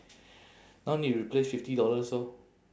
now need to replace fifty dollars orh